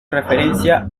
referencia